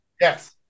Yes